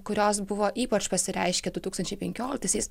kurios buvo ypač pasireiškė du tūkstančiai penkioliktaisiais